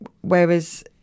Whereas